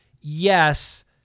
yes